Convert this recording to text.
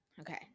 Okay